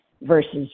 versus